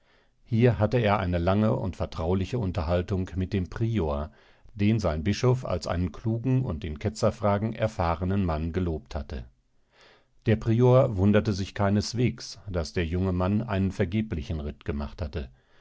hier hatte er eine lange und vertrauliche unterhaltung mit dem prior den sein bischof als einen klugen und in ketzerfragen erfahrenen mann gelobt hatte der prior wunderte sich keineswegs daß der junge mann einen vergeblichen ritt gemacht hatte